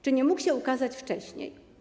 Czy nie mógł się ukazać wcześniej?